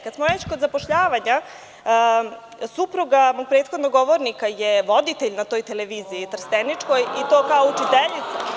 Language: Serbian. Kad smo već kod zapošljavanja, supruga mog prethodnog govornika je voditelj na toj televiziji trsteničkoj i to kao učiteljica.